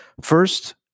First